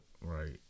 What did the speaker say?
Right